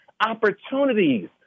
opportunities